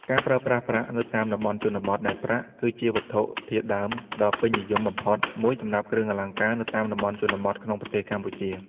ការប្រើប្រាស់ប្រាក់នៅតាមតំបន់ជនបទ ដែលប្រាក់ គឺជាវត្ថុធាតុដើមដ៏ពេញនិយមបំផុតមួយសម្រាប់គ្រឿងអលង្ការនៅតាមតំបន់ជនបទក្នុងប្រទេសកម្ពុជា។